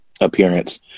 appearance